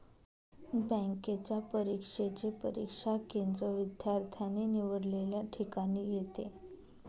बँकेच्या परीक्षेचे परीक्षा केंद्र विद्यार्थ्याने निवडलेल्या ठिकाणी येते